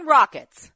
Rockets